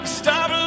stop